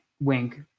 Wink